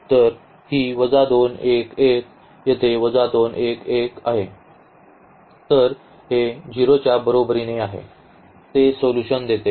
तर ही येथे आहे तर हे 0 च्या बरोबरीने आहे ते सोल्यूशन देते